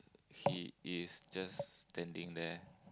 he is just standing there